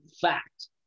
fact